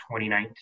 2019